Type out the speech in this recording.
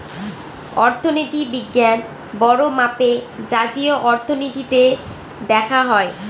অর্থনীতি বিজ্ঞান বড়ো মাপে জাতীয় অর্থনীতিতে দেখা হয়